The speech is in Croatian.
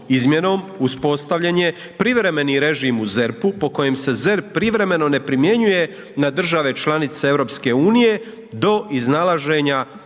uspostavljen je privremeni režim u ZERP-u po kojem se ZERP privremeno ne primjenjuje na države članice Europske unije do iznalaženja